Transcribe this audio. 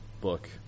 book